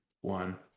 one